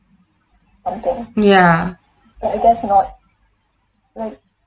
ya